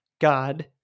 God